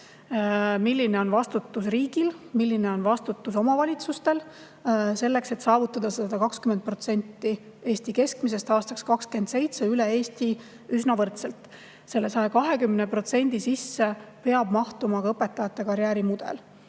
milline vastutus on riigil, milline vastutus omavalitsustel, et saavutada see 120% riigi keskmisest aastaks 2027 üle Eesti üsna võrdselt. Selle 120% sisse peab mahtuma ka õpetajate karjäärimudel.